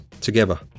together